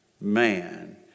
man